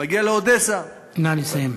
מגיע לאודסה, נא לסיים.